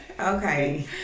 Okay